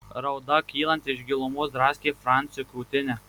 rauda kylanti iš gilumos draskė franciui krūtinę